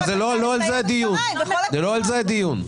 אבל לא על זה הדיון.